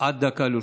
עד דקה לרשותך.